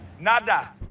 Nada